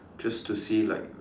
just to see like